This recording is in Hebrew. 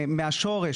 מהשורש,